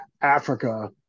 Africa